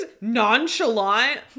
nonchalant